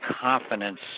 confidence